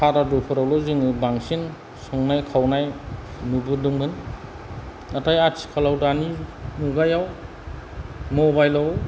सारादुफोरावल' जोङो बांसिन संनाय खावनाय नुबोदोंमोन नाथाय आथिखालाव दानि मुगायाव मबाइलाव